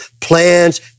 Plans